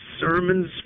sermons